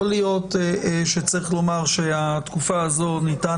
יכול להיות שצריך לומר שהתקופה הזאת ניתן